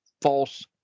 false